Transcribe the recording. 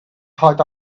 thought